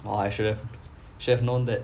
!wah! I should have should have known that